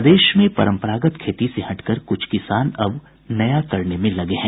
प्रदेश में परंपरागत खेती से हटकर क्छ किसान अब नया करने में लगे हैं